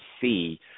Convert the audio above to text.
see